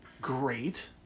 great